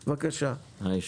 היי,